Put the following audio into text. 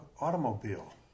automobile